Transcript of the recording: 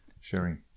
Sharing